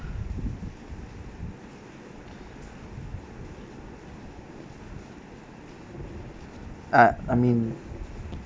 uh I mean